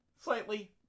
Slightly